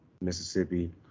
Mississippi